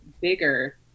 bigger